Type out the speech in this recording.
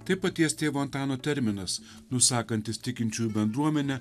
tai paties tėvo antano terminas nusakantis tikinčiųjų bendruomenę